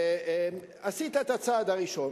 עשית את הצעד הראשון,